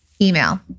Email